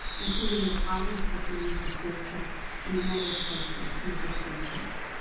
including the positive pressure user seal check and the negative pressure user seal check.